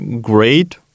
great